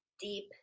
deep